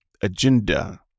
agenda